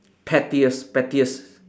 pettiest pettiest